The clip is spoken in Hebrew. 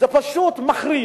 זה פשוט מחריד.